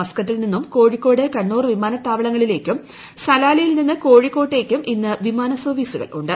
മസ്ക്കറ്റിൽ നിന്നും കോഴിക്കോട് കണ്ണൂർ വിമാനത്താവളങ്ങളിലേക്കും സലാലയിൽ നിന്ന് കോഴിക്കോട്ടേയ്ക്കും ഇന്ന് വിമാന സർവ്വീസുകൾ ഉണ്ട്